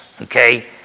Okay